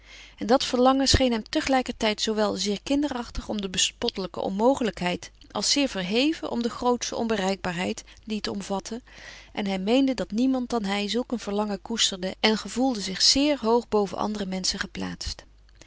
en dat verlangen scheen hem tegelijkertijd zoowel zeer kinderachtig om de bespottelijke onmogelijkheid als zeer verheven om de grootsche onbereikbaarheid die het omvatte en hij meende dat niemand dan hij zulk een verlangen koesterde en gevoelde zich zeer hoog boven andere menschen geplaatst